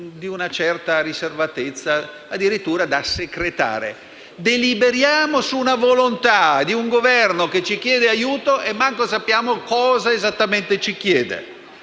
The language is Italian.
Deliberiamo su una volontà di un Governo che ci chiede aiuto e neanche sappiamo cosa esattamente ci chiede.